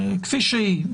כפי שהיא,